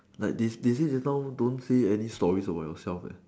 like they say they say just now don't say any stories about yourself eh